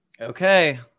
Okay